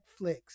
Netflix